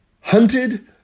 hunted